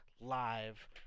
live